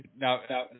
now